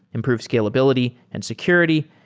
improve scalability and security,